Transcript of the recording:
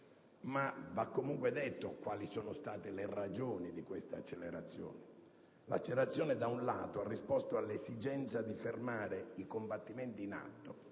Va comunque detto quali sono state le ragioni di questa accelerazione: essa da un lato ha risposto all'esigenza di fermare i combattimenti in atto